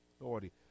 authority